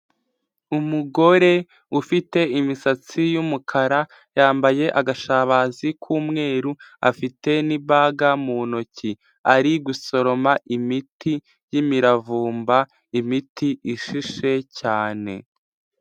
Umugore ufite imisatsi y'umukara yambaye agashabazi k'umweru, afite n'ibaga mu ntoki, ari gusoroma imiti y'imiravumba imiti ishishe cyane.